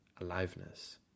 aliveness